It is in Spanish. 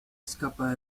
escapa